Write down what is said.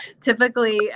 typically